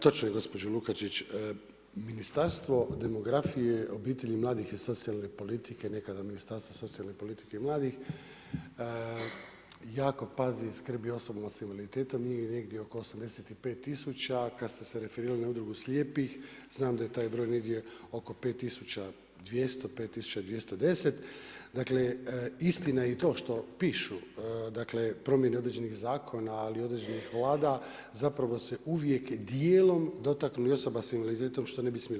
Točno je gospođo Lukačić, Ministarstvo demografije, obitelji, mladih i socijalne politike nekada Ministarstvo socijalne politike i mladih, jako pazi i skrbi o osobama sa invaliditetom, njih negdje 85 tisuća kad ste se referirali na udrugu slijepih, znam da je taj broj negdje oko 5 200, 5 210, dakle istina je i to što pišu, dakle promjene određenih zakona ali i određenih Vlada zapravo se uvijek dijelom dotaknu i osoba sa invaliditetom što ne bi smjeli.